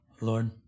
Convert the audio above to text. Lord